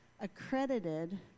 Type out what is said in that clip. accredited